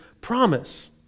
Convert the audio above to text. promise